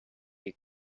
you